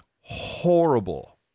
horrible